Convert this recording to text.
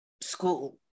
school